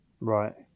right